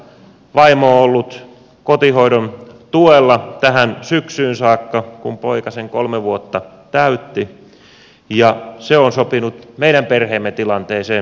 vaimo on ollut kotihoidon tuella tähän syksyyn saakka kun poika sen kolme vuotta täytti ja se on sopinut meidän perheemme tilanteeseen erinomaisesti